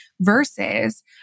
versus